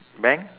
bank